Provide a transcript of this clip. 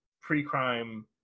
pre-crime